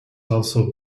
also